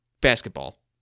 Basketball